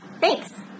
thanks